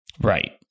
Right